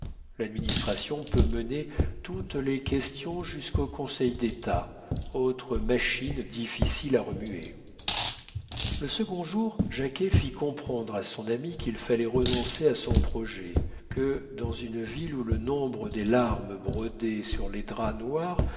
l'administration peut mener toutes les questions jusqu'au conseil d'état autre machine difficile à remuer le second jour jacquet fit comprendre à son ami qu'il fallait renoncer à son projet que dans une ville où le nombre des larmes brodées sur les draps noirs